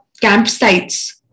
campsites